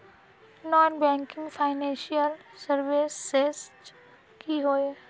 Non banking financial services की होय?